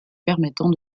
permettant